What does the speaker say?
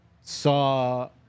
saw